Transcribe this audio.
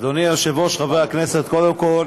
היושב-ראש, חברי הכנסת, קודם כול